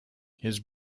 his